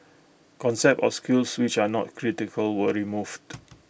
concepts or skills which are not critical were removed